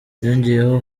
yongeyeho